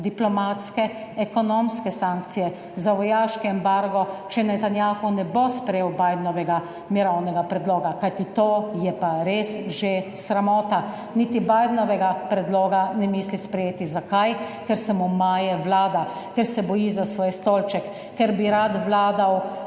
diplomatske, ekonomske sankcije, za vojaški embargo, če Netanjahu ne bo sprejel Bidnovega mirovnega predloga, kajti to je pa res že sramota. Niti Bidnovega predloga ne misli sprejeti. Zakaj? Ker se mu maje vlada, ker se boji za svoj stolček, ker bi rad vladal